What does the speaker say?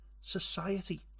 society